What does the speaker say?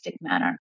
manner